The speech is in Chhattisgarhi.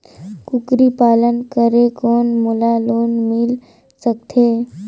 कूकरी पालन करे कौन मोला लोन मिल सकथे?